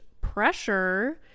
pressure